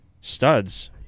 studs